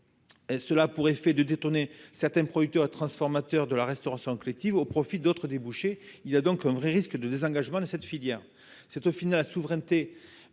cela a pour effet de détourner certains producteurs, transformateurs de la restauration collective au profit d'autres débouchés, il a donc un vrai risque de désengagement de cette filière, c'est au final la souveraineté